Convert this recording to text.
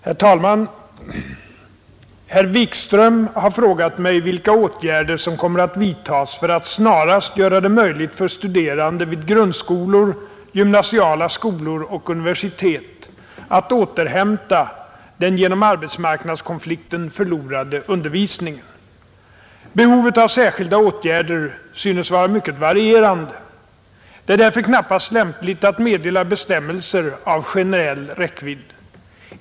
Herr talman! Herr Wikström har frågat mig vilka åtgärder som kommer att vidtas för att snarast göra det möjligt för studerande vid grundskolor, gymnasiala skolor och universitet att återhämta den genom arbetsmarknadskonflikten förlorade undervisningen. Behovet av särskilda åtgärder synes vara mycket varierande. Det är därför knappast lämpligt att meddela bestämmelser av generell räckvidd.